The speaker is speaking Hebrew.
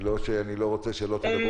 זה לא שאני לא רוצה שתדברי.